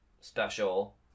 special